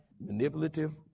manipulative